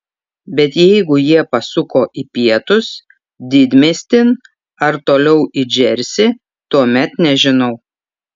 bet jeigu jie pasuko į pietus didmiestin ar toliau į džersį tuomet nežinau